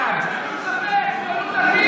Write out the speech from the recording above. בעד מירב בן ארי,